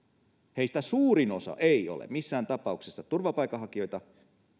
heistä suurin osa ei ole missään tapauksessa turvapaikanhakijoita